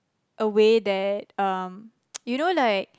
a way that um you know like